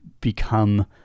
become